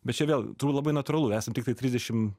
bet čia vėl labai natūralu esam tiktai trisdešim